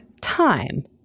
time